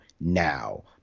now